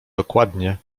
dokładnie